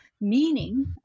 meaning